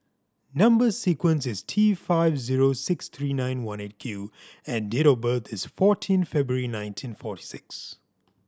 number sequence is T five zero six three nine one Eight Q and date of birth is fourteen February nineteen forty six